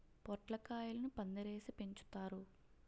పొట్లకాయలను పందిరేసి పెంచుతారు